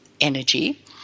energy